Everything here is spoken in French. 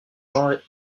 jean